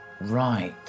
Right